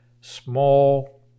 small